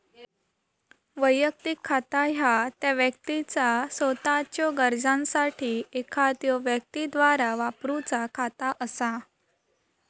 वैयक्तिक खाता ह्या त्या व्यक्तीचा सोताच्यो गरजांसाठी एखाद्यो व्यक्तीद्वारा वापरूचा खाता असा